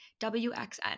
WXN